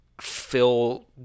fill